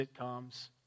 sitcoms